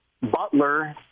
Butler